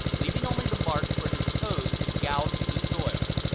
leaving only the marks where his toes had gouged the soil.